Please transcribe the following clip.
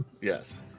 Yes